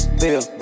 feel